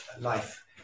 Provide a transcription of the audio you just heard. life